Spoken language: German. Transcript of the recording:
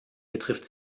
betrifft